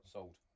Sold